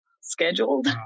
scheduled